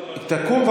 תקום.